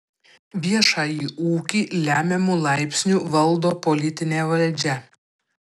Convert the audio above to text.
viešąjį ūkį lemiamu laipsniu valdo politinė valdžia